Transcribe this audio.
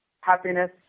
happiness